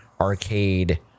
arcade